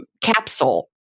capsule